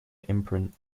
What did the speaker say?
imprint